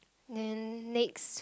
then next